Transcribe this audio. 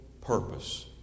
purpose